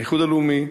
האיחוד הלאומי,